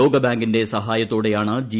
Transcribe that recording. ലോകബാങ്കിന്റെ സഹായത്തോടെയാണ് ജി